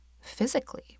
physically